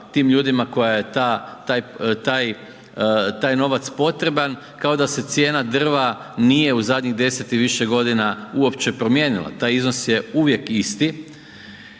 tim ljudima kojima je taj novac potreban kao da se cijena drva nije u zadnjih 10 i više godina uopće promijenila, taj iznos je uvijek isti.